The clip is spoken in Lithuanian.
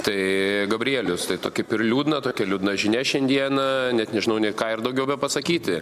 tai gabrielius tai tokia kaip ir liūdna tokia liūdna žinia šiandieną net nežinau nė ką ir daugiau bepasakyti